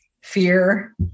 fear